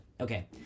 okay